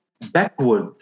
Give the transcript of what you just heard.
backward